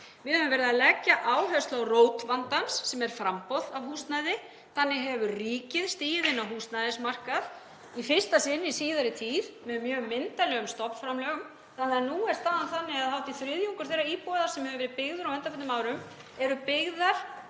Við höfum verið að leggja áherslu á rót vandans sem er framboð af húsnæði. Þannig hefur ríkið stigið inn á húsnæðismarkað í fyrsta sinn í síðari tíð með mjög myndarlegum stofnframlögum. En nú er staðan þannig að hátt í þriðjungur þeirra íbúða sem hefur verið byggður á undanförnum árum er byggður